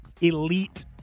elite